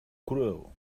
cruel